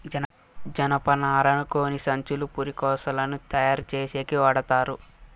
జనపనారను గోనిసంచులు, పురికొసలని తయారు చేసేకి వాడతారు